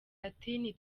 ati